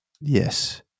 yes